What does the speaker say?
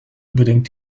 unbedingt